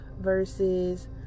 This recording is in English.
versus